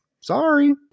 Sorry